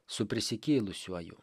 su prisikėlusiuoju